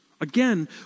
Again